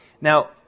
Now